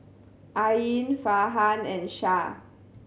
Ain Farhan and Shah